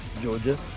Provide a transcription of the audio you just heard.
Georgia